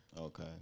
Okay